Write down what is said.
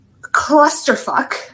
clusterfuck